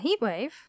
Heatwave